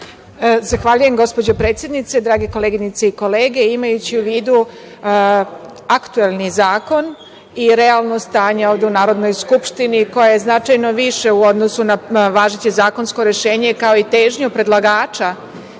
Zahvaljujem, gospođo predsednice. Drage koleginice i kolege, imajući u vidu aktuelni zakon i realno stanje ovde u Narodnoj skupštini, koje je značajno više u odnosu na važeće zakonsko rešenje, kao i težnju predlagača